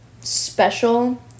special